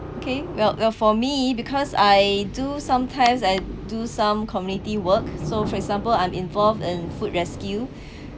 okay well well for me because I do sometimes I do some community work so for example I'm involved in food rescue